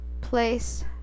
place